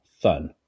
Fun